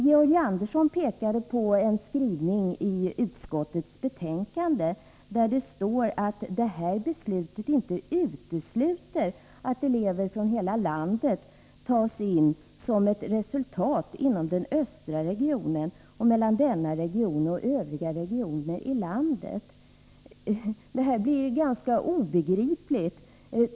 Georg Andersson pekade på en skrivning i utskottets betänkande där det Nr 52 står att detta beslut inte utesluter att elever från hela landet tas in vid Måndagen den Skärholmens gymnasium som ett resultat av samarbete inom den östra — 19 december 1983 regionen och mellan denna region och övriga regioner i landet. Detta blir ganska obegripligt.